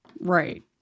Right